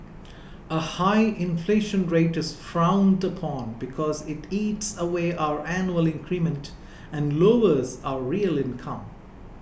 a high inflation rate is frowned upon because it eats away our annually increment and lowers our real income